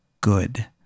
Good